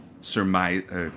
surmise